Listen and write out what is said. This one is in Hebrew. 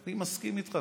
אני מסכים איתך.